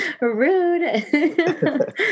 rude